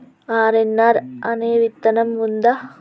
RNR అనే విత్తనం ఉందా?